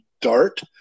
Dart